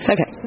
Okay